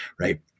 right